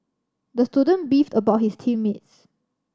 the student beefed about his team mates